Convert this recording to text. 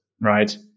right